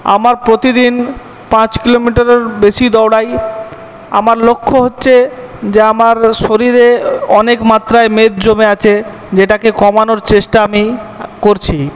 আমার প্রতিদিন পাঁচ কিলোমিটারের বেশি দৌড়াই আমার লক্ষ্য হচ্ছে যে আমার শরীরে অনেক মাত্রায় মেদ জমে আছে যেটাকে কমানোর চেষ্টা আমি করছি